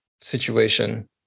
situation